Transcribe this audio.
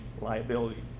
liability